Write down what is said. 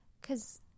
cause